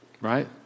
right